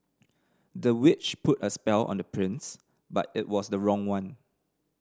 the witch put a spell on the prince but it was the wrong one